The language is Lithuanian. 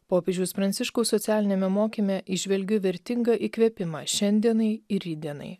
popiežiaus pranciškaus socialiniame mokyme įžvelgiu vertingą įkvėpimą šiandienai ir rytdienai